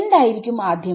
എന്തായിരിക്കും ആദ്യം